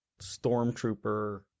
stormtrooper